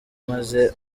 maze